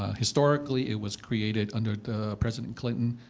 ah historically, it was created under president clinton,